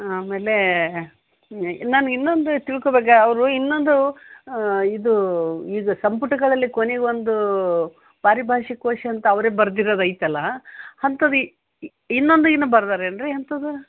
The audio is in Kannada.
ಆಮೇಲೆ ನನ್ಗೆ ಇನ್ನೊಂದು ತಿಳ್ಕೊಬೇಕು ಅವರು ಇನ್ನೊಂದು ಇದು ಇದು ಸಂಪುಟಗಳಲ್ಲಿ ಕೊನಿಗೆ ಒಂದು ಪಾರಿಭಾಷಿಕಕೋಶ ಅಂತ ಅವರೇ ಬರ್ದಿರೋದು ಐತಲ್ಲ ಅಂಥದು ಇನ್ನೊಂದೇನೊ ಬರ್ದಾರೆ ಏನು ರಿ ಎಂಥದ್ದೋ